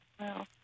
Wow